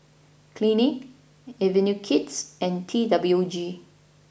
Clinique Avenue Kids and T W G